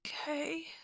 Okay